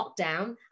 lockdown